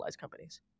companies